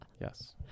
yes